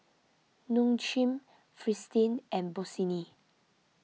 Nong Shim Fristine and Bossini